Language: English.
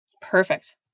perfect